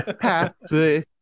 happy